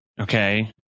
Okay